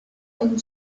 and